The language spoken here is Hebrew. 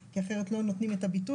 אנחנו שמענו את החסרים בתחום הזה.